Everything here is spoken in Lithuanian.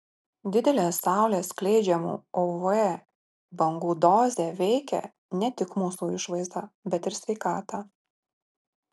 didelė saulės skleidžiamų uv bangų dozė veikia ne tik mūsų išvaizdą bet ir sveikatą